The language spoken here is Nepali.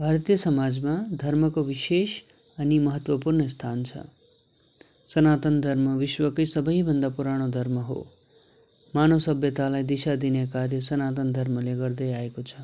भारतीय समाजमा धर्मको विशेष अनि महत्त्वपूर्ण स्थान छ सनातन धर्म विश्वकै सबैभन्दा पुरानो धर्म हो मानव सभ्यतालाई दिशा दिने कार्य सनातन धर्मले गर्दै आएको छ